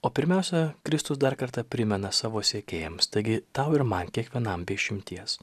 o pirmiausia kristus dar kartą primena savo sekėjams taigi tau ir man kiekvienam be išimties